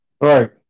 right